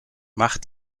macht